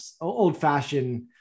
old-fashioned